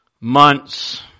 months